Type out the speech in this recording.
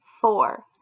four